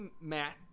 Matt